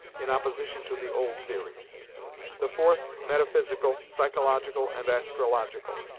in opposition to the old theories the fourth, metaphysical, psychological, and astrological,